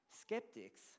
Skeptics